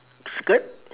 skirt